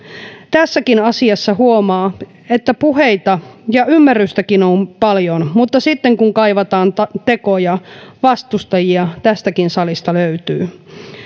tässäkin asiassa huomaa että puheita ja ymmärrystäkin on paljon mutta sitten kun kaivataan tekoja vastustajia tästäkin salista löytyy